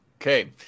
Okay